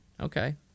Okay